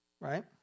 right